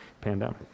pandemic